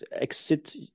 exit